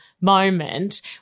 moment